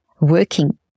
working